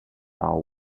are